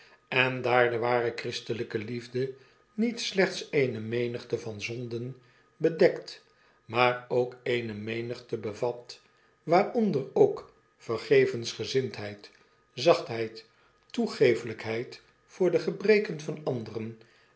en daar de ware ohristelijke liefde niet slechts eene menigte van zonden bedekt maar ook eene menigte bevat waaronder ook vergevensgezindheid zachtheid toegeeflykheid voor de georeken van anderen